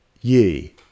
ye